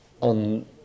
on